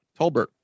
Tolbert